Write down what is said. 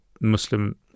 Muslim